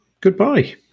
goodbye